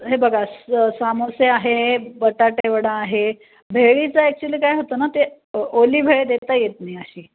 हे बघा स सामोसे आहेत बटाटेवडा आहे भेळीचं ॲक्च्युली काय होतं नं ते अ ओली भेळ देता येत नाही अशी